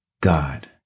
God